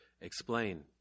explain